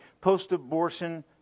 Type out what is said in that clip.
post-abortion